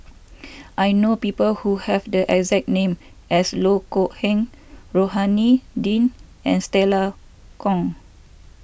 I know people who have the exact name as Loh Kok Heng Rohani Din and Stella Kon